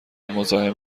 مزاحم